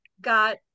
got